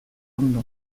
ondo